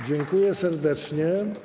Dziękuję serdecznie.